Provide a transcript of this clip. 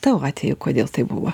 tavo atveju kodėl taip buvo